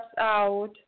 out